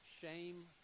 shame